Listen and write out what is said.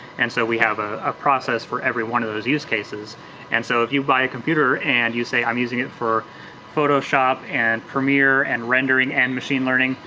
and so we have ah a process for every one of those use cases and so if you buy a computer and you say i'm using it for photoshop and premiere and rendering and machine learning,